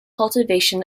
cultivation